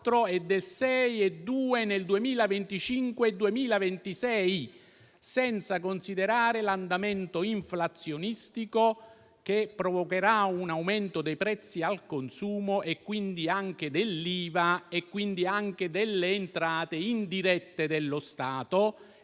per cento nel 2025-2026, senza considerare l'andamento inflazionistico che provocherà un aumento dei prezzi al consumo e quindi anche dell'IVA e delle entrate indirette dello Stato.